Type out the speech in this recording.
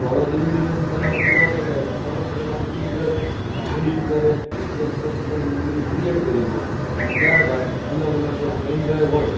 તો હવે ડીવીડી નથી બનાવતું તો તે કે સરસ મજાનું શૂટિંગ કરે એડિટ કરે એકદમ સરસ મજાની મેમરી ક્રિએટ કરી લે અને ત્યાર બાદ અલગ અલગ જે પેન ડ્રાઈવ હોય